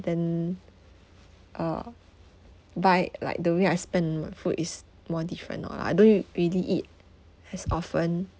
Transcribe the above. then uh by like the way I spend on my food is more different orh I don't really eat as often